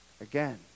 again